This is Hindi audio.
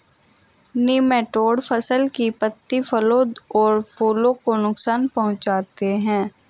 निमैटोड फसल की पत्तियों फलों और फूलों को नुकसान पहुंचाते हैं